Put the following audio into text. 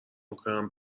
میکنن